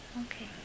Okay